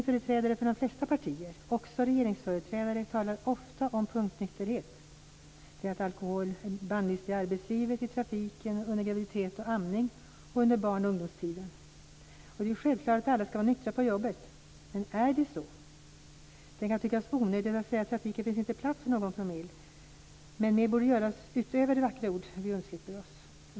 Företrädare för de flesta partierna, också för regeringen, talar ofta om punktnykterhet, om bannlysning av alkohol i arbetslivet och i trafiken samt under graviditet och vid amning. Det gäller också under barn och ungdomstiden. Självklart skall alla vara nyktra på jobbet. Men är det så? Det kan tyckas onödigt att säga att det i trafiken inte finns plats för någon promille men mer borde göras utöver de vackra ord som undslipper oss.